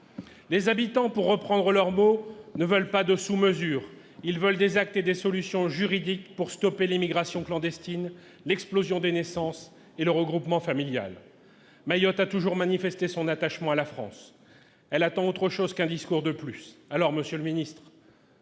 Les habitants ne veulent pas de « sous-mesures »- ce sont leurs propres termes. Ils veulent des actes et des solutions juridiques pour stopper l'immigration clandestine, l'explosion des naissances et le regroupement familial. Mayotte a toujours manifesté son attachement à la France, et elle attend autre chose qu'un discours de plus. Allez-vous, monsieur le ministre,